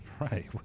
Right